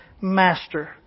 Master